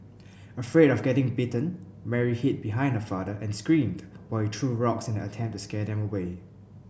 afraid of getting bitten Mary hid behind her father and screamed while he threw rocks in an attempt to scare them away